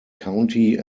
county